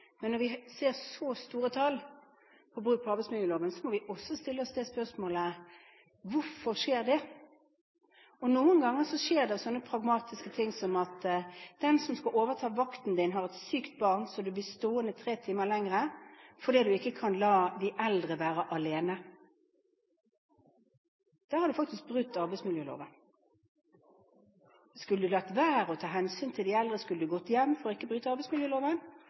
men når vi ser så store tall på brudd på arbeidsmiljøloven, må vi også stille oss spørsmålet: Hvorfor skjer det? Noen ganger skjer det slike pragmatiske ting som at den som skal overta vakten din, har et sykt barn, så du blir stående tre timer lenger fordi du ikke kan la de eldre være alene. Da har du faktisk brutt arbeidsmiljøloven. Skulle du latt være å ta hensyn til de eldre? Skulle du gått hjem for ikke å bryte arbeidsmiljøloven,